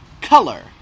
color